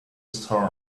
storm